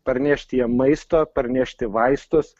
parnešti jiem maisto parnešti vaistus